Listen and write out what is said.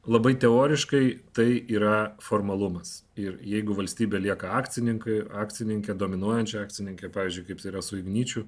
labai teoriškai tai yra formalumas ir jeigu valstybė lieka akcininkai akcininkė dominuojančio akcininkė pavyzdžiui kaip yra su igničiu